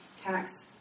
tax